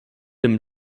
dem